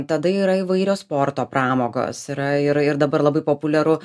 tada yra įvairios sporto pramogos yra ir ir dabar labai populiaru